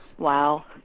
Wow